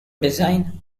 design